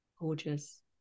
gorgeous